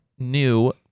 new